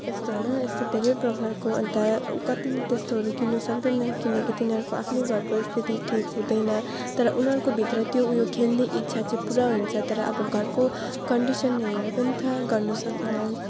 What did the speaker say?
यस्तो होइन यस्तो धेरै प्रकारको अन्त कतिले त्यस्तोहरू किन्नु सक्दैन किनकि तिनीहरूको आफ्नै घरको स्थिति ठिक हुँदैन तरउनीहरूको भित्र त्यो ऊ यो खेल्ने इच्छा चाहिँ पुरा हुन्छ तर अब घरको कन्डिसन हेरेर पनि थाहा गर्नु सकिन्न